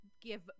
give